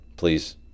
please